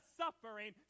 suffering